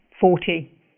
forty